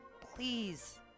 Please